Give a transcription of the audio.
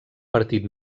partit